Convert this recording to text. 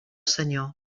senyor